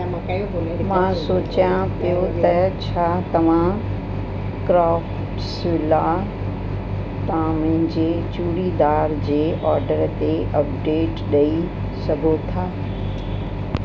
मां सोचियां पियो त छा तव्हां क्राफ्ट्सविला तां मुंहिंजे चूड़ीदार जे ऑडर ते अपडेट ॾई सघो था